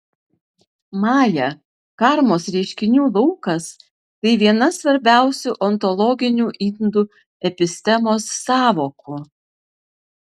maja karmos reiškinių laukas tai viena svarbiausių ontologinių indų epistemos sąvokų